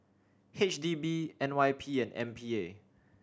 H D B N Y P and M P A